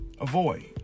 avoid